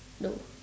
no